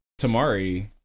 Tamari